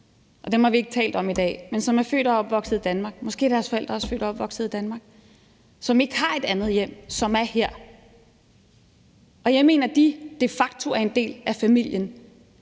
og dem har vi ikke talt om i dag, som er født og opvokset i Danmark – og måske er deres forældre også født og opvokset i Danmark – som ikke har et andet hjem, og som er her. Jeg mener, at de de facto er en del af familien,